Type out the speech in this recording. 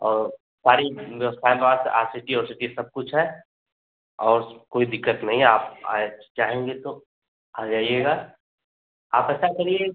और सारी व्यवस्थाएँ बाद R C T O C T सब कुछ हैं और कोई दिक्कत नहीं है आप आए चाहेंगे तो आजाइएगा आप फस्ट टैम के लिए